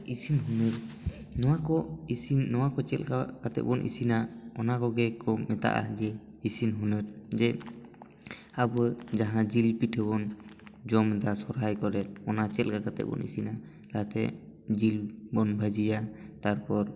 ᱤᱥᱤᱱ ᱦᱩᱱᱟᱹᱨ ᱱᱚᱶᱟ ᱠᱚ ᱤᱥᱤᱱ ᱱᱚᱣᱟ ᱠᱚ ᱪᱮᱫ ᱞᱮᱠᱟ ᱠᱟᱛᱮ ᱵᱚᱱ ᱤᱥᱤᱱᱟ ᱚᱱᱟ ᱠᱚᱜᱮ ᱠᱚ ᱢᱮᱛᱟᱜᱼᱟ ᱡᱮ ᱤᱥᱤᱱ ᱦᱩᱱᱟᱹᱦᱨ ᱡᱮ ᱟᱵᱚ ᱡᱟᱦᱟᱸ ᱡᱤᱞ ᱯᱤᱴᱷᱟᱹ ᱵᱚᱱ ᱡᱚᱢ ᱮᱫᱟ ᱥᱚᱦᱚᱨᱟᱭ ᱠᱚᱨᱮ ᱚᱱᱟ ᱪᱮᱫ ᱞᱮᱠᱟ ᱠᱚ ᱤᱥᱤᱱᱟ ᱞᱟᱦᱟᱛᱮ ᱡᱤᱞ ᱵᱚᱱ ᱵᱷᱟᱹᱡᱤᱭᱟ ᱛᱟᱨᱯᱚᱨ